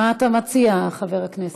מה אתה מציע, חבר הכנסת?